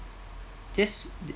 this